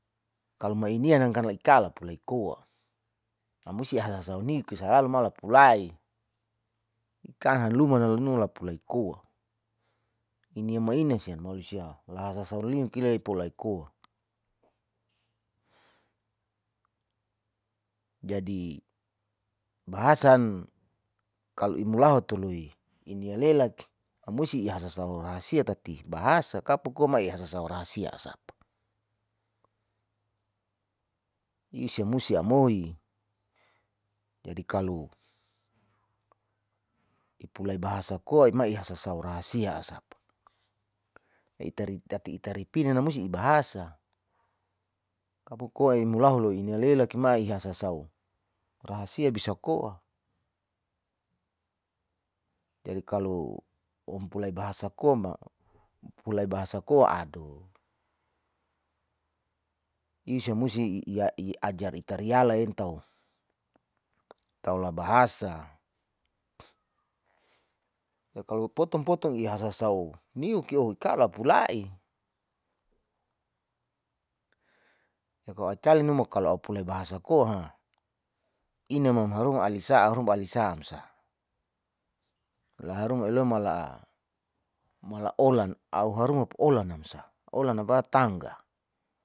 Kalo mai inian la ikala pulai koa, a'u musi au hahasa auniki salalu maula lapu lai, kan haluman nu lapulai koa, ini maina sian malosia lahasa sau ling kila ipolai koa. jadi bahasan kalo imulahu toloi inialelak a'u musi ihasa saung rahasia tati bahasa kapo koa ihasa saung rahasi sapa ia samusi amoi jadi kalo ipulau bahasa koa mai ihasa sau rahasia asapa, itati ara pinan namusi ibahsa. kabo koa imolahu inia lela kimai ihasa sau rhasia bisa ko'a jadi kalo umpulua bahasa koa ado isia musi iajar ita riala entau taola bahasa kalo poton-poton i hasa sau niu kio ikala pulai, kalo cale numu kalo a'u pulai bahasa koa ina mama harua alisa harumba alisa amsa l haruma iloma ala mala olan au haruma puolan namsa olan naba tangga.